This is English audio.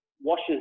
washes